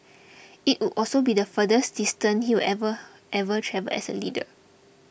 it would also be the furthest distance he will ever ever travelled as a leader